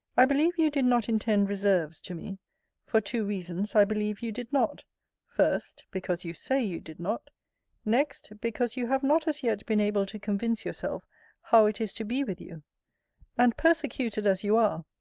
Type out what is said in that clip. i believe you did not intend reserves to me for two reasons i believe you did not first, because you say you did not next, because you have not as yet been able to convince yourself how it is to be with you and persecuted as you are,